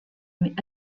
mais